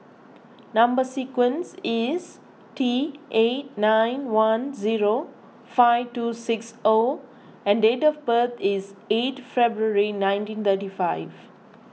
Number Sequence is T eight nine one zero five two six O and date of birth is eight February nineteen thirty five